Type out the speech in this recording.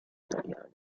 italiani